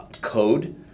code